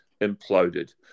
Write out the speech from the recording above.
imploded